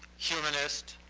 humanist,